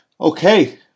Okay